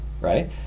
right